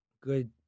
good